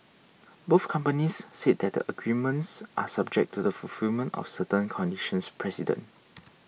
both companies said that the agreements are subject to the fulfilment of certain conditions precedent